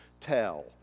tell